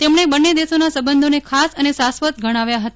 તેમણે બંને દેશોના સંબંધો ને ખાસ અને શાશ્વત ગણાવ્યા હતા